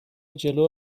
جلو